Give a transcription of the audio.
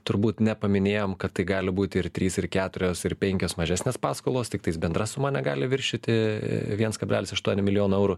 turbūt nepaminėjom kad tai gali būti ir trys ir keturios ir penkios mažesnės paskolos tiktais bendra suma negali viršyti viens kablelis aštuoni milijono eurų